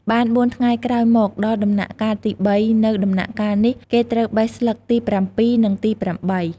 បានបួនថ្ងៃក្រោយមក ដល់ដំណាក់កាលទី៣ នៅដំណាក់កាលនេះ គេត្រូវបេះស្លឹកទី៧ និងទី៨។